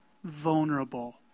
vulnerable